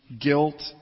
guilt